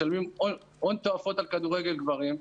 משלמים הון תועפות על כדורגל גברים,